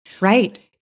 Right